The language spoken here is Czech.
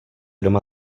doma